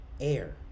air